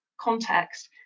context